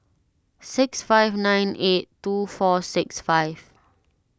six five nine eight two four six five